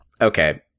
okay